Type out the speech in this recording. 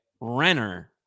Renner